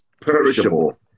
perishable